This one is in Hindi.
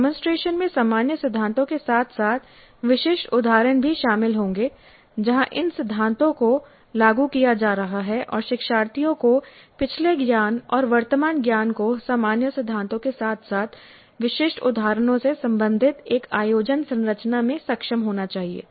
डेमोंसट्रेशन में सामान्य सिद्धांतों के साथ साथ विशिष्ट उदाहरण भी शामिल होंगे जहां इन सिद्धांतों को लागू किया जा रहा है और शिक्षार्थियों को पिछले ज्ञान और वर्तमान ज्ञान को सामान्य सिद्धांतों के साथ साथ विशिष्ट उदाहरणों से संबंधित एक आयोजन संरचना में सक्षम होना चाहिए